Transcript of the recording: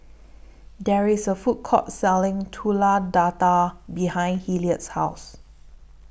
There IS A Food Court Selling Telur Dadah behind Hilliard's House